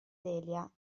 delia